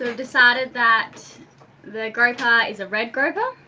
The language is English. ah decided that the grouper is a red grouper